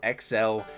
XL